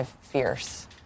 fierce